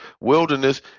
wilderness